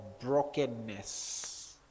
brokenness